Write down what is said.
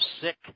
sick